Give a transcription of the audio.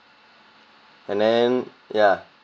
and then ya